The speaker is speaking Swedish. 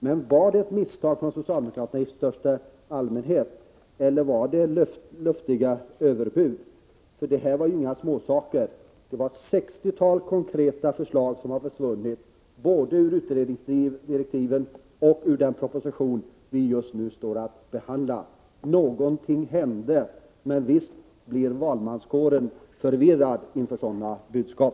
Men var det ett misstag från socialdemokraternas sida i största allmähet, eller var det luftiga överbud? Det gällde inga småsaker. Det var ett sextiotal konkreta förslag, som har försvunnit både ur utredningsdirektiven och ur den proposition vi just nu skall behandla. Någonting hände. Men visst blir valmanskåren förvirrad inför sådana budskap.